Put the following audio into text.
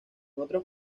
otros